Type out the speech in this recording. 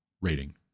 rating